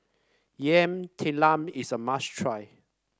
Yam Talam is a must try